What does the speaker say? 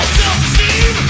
self-esteem